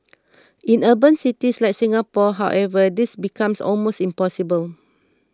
in urban cities like Singapore however this becomes almost impossible